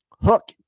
Hook